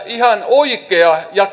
oikea ja